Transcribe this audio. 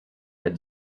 had